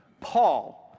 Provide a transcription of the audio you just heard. Paul